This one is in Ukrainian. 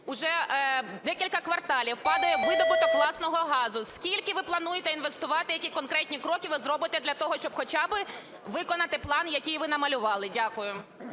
вже декілька кварталів падає видобуток власного газу. Скільки ви плануєте інвестувати, які конкретні кроки ви зробите для того, щоб хоча би виконати план, який ви намалювали? Дякую.